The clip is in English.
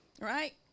Right